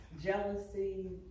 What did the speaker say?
jealousy